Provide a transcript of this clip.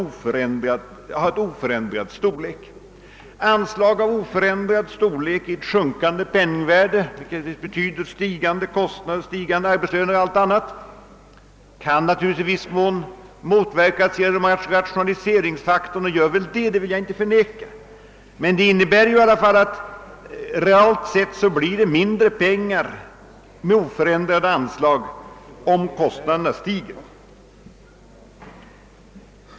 Oförändrade anslag vid sjunkande penningvärde och betydligt stigande kostnader och arbetslöner kan naturligtvis i viss mån kompenseras av ökad rationalisering, och jag vill inte förneka att så i viss mån har skett. Men reellt blir det ändå mindre pengar med oförändrade anslag, när kostnaderna stiger.